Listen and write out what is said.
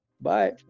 Bye